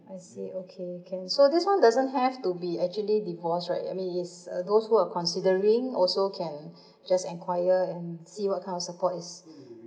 I see okay can so this one doesn't have to be actually divorce right I mean is uh those who are considering also can just inquire and see what kind of support is